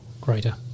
greater